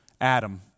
Adam